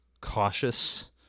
cautious